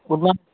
good morning